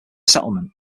settlement